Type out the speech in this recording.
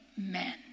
Amen